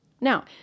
Now